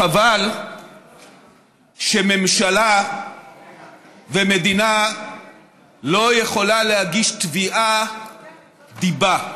חבל שממשלה ומדינה לא יכולות להגיש תביעת דיבה.